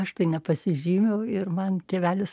aš tai nepasižymiu ir man tėvelis